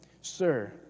sir